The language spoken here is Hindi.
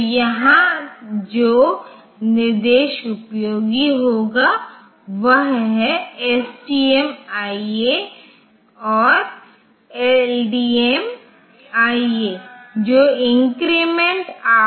तो यहां जो निर्देश उपयोगी होगा वह है STMIA और LDMIA जो इंक्रीमेंट आफ्टर है फिर STMIB और LDMIB इंक्रीमेंट बिफोर उसके बाद STMDA और LDMDA जो डिक्रिमेंट आफ्टर है